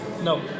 No